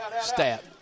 stat